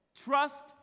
Trust